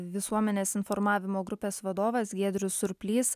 visuomenės informavimo grupės vadovas giedrius surplys